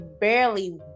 barely